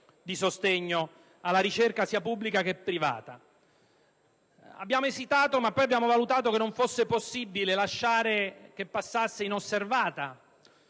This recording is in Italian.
di sostegno alla ricerca, sia pubblica che privata. Abbiamo esitato, ma poi abbiamo valutato non fosse possibile lasciare che passasse inosservata